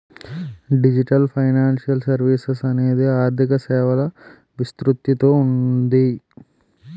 digital financial services అనేది ఆర్థిక సేవల విస్తృతిలో ఉంది